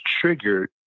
triggered